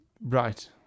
Right